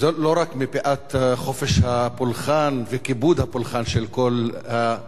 לא רק מפאת חופש הפולחן וכיבוד הפולחן של כל בני-האדם.